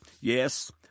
Yes